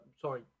sorry